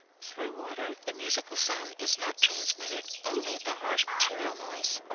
through water the musical sound is not transmitted, only the harsh material noise.